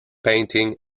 painting